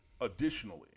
additionally